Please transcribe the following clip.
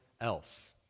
else